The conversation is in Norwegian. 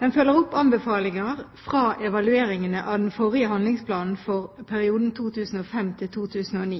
Den følger opp anbefalinger fra evalueringene av den forrige handlingsplanen for perioden 2005–2009.